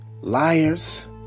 liars